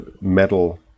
metal